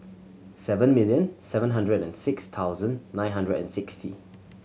seven million seven hundred and six thousand nine hundred and sixty